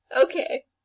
Okay